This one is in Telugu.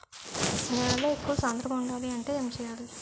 నేలలో ఎక్కువ సాంద్రము వుండాలి అంటే ఏంటి చేయాలి?